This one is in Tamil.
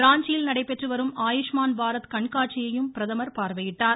ராஞ்சியில் நடைபெற்று வரும் ஆயுஷ்மான் பாரத் கண்காட்சியையும் பிரதம் பார்வையிட்டார்